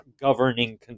governing